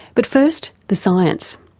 but first the science.